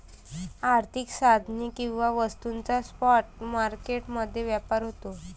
आर्थिक साधने किंवा वस्तूंचा स्पॉट मार्केट मध्ये व्यापार होतो